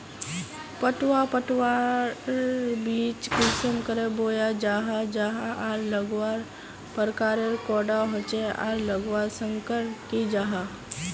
पटवा पटवार बीज कुंसम करे बोया जाहा जाहा आर लगवार प्रकारेर कैडा होचे आर लगवार संगकर की जाहा?